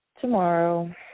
Tomorrow